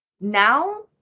now